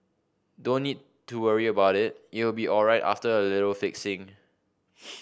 don't need to worry about it it will be alright after a little fixing